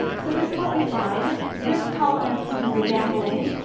so this is what we find. risk tolerance, which is the gambling,